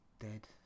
dead